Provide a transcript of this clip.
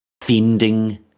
fending